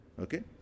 okay